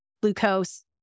glucose